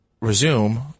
resume